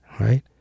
right